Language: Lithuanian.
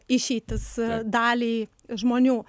išeitis daliai žmonių